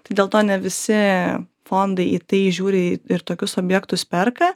tai dėl to ne visi fondai į tai žiūri į ir tokius objektus perka